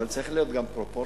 אבל צריכה להיות גם פרופורציה,